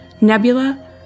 Nebula